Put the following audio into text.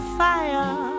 fire